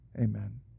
Amen